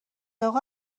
اقا